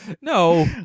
No